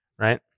right